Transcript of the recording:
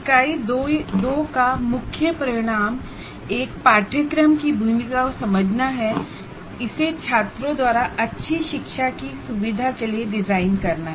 इकाई 2 का मुख्य आउटकम एक कोर्स की भूमिका को समझना तथा इसे छात्रों को अच्छी तरह से सीखने के लिए डिजाइन करना है